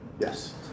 Yes